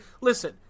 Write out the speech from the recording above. Listen